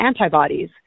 antibodies